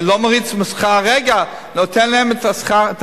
לא מוריד את השכר, נותן להם שכר.